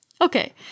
Okay